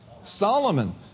Solomon